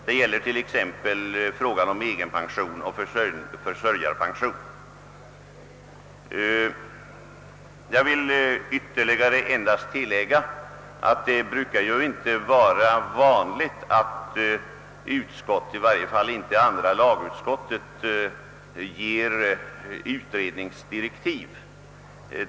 Det gäller t.ex. frågan om egenpension och försörjarpension, Vidare vill jag erinra om att det inte är vanligt att utskott — i varje fall bru kar inte andra lagutskottet göra det — ger utredningsdirektiv.